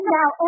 Now